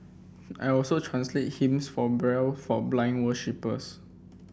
I also translate hymns for Braille for blind worshippers